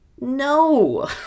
No